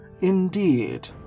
Indeed